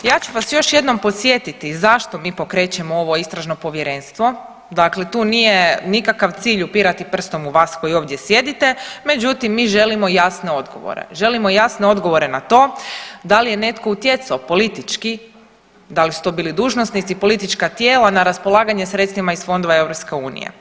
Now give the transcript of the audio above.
Ja ću vas još jednom podsjetiti zašto mi pokrećemo ovo istražno povjerenstvo, dakle tu nije nikakav cilj upirati prstom u vas koji ovdje sjedite, međutim mi želimo jasne odgovore, želimo jasne odgovore na to da li je netko utjecao politički, da li su to bili dužnosnici, politička tijela na raspolaganje sredstvima iz fondova EU?